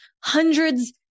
hundreds